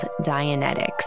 Dianetics